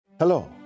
Hello